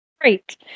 great